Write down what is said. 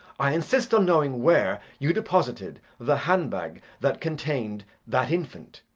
i insist on knowing where you deposited the hand-bag that contained that infant.